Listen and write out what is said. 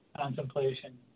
contemplation